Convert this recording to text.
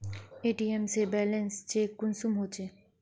ATM से balance check कुंसम होचे?